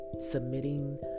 submitting